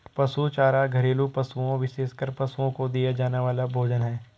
पशु चारा घरेलू पशुओं, विशेषकर पशुओं को दिया जाने वाला भोजन है